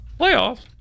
Playoffs